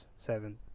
seven